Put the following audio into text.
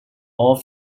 all